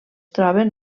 troben